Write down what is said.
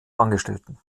angestellten